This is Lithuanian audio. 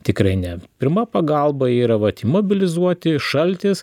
tikrai ne pirma pagalba yra vat imobilizuoti šaltis